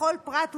לכל פרט ופרט,